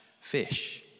fish